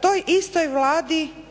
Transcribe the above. toj istoj Vladi